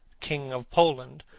king of poland,